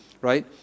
right